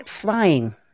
flying